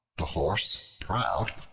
the horse proud,